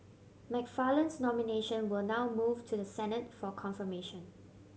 McFarland's nomination will now move to the Senate for confirmation